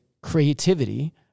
creativity